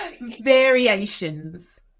Variations